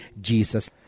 Jesus